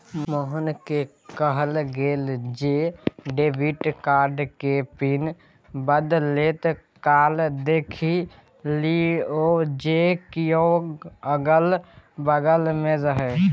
मोहनकेँ कहल गेल जे डेबिट कार्ड केर पिन बदलैत काल देखि लिअ जे कियो अगल बगल नै रहय